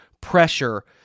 pressure